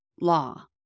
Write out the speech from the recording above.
law